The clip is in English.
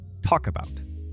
TalkAbout